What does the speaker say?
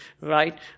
right